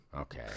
Okay